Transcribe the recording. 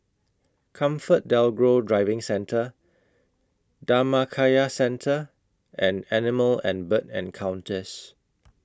ComfortDelGro Driving Centre Dhammakaya Centre and Animal and Bird Encounters